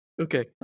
Okay